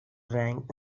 rank